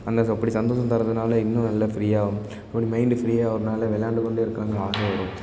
அந்த அப்படி சந்தோஷம் தர்றதுனால இன்னும் நல்ல ஃப்ரீயாக ஒரு மைண்டு ஃப்ரீயாக ஆகறனால விளையாண்டுக் கொண்டே இருக்கலாம்ற ஆசை வரும்